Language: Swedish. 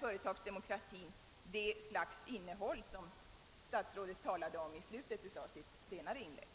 företagsdemokratin det innehåll som statsrådet talade om i slutet av sitt senaste inlägg.